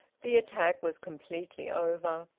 the attack was completely over.